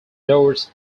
doors